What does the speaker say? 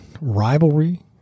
rivalry